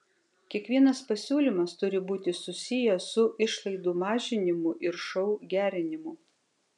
kiekvienas pasiūlymas turi būti susijęs su išlaidų mažinimu ir šou gerinimu